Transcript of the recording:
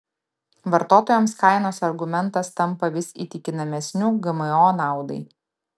vartotojams kainos argumentas tampa vis įtikinamesniu gmo naudai